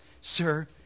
Sir